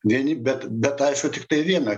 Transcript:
vieni bet bet aišku tiktai viena